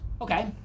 Okay